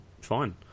fine